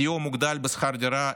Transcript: סיוע מוגדל בשכר דירה,